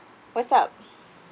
what's up